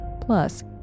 Plus